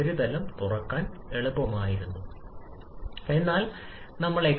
76 മോളിലെ നൈട്രജനും നമ്മൾക്ക് ആവശ്യമാണ്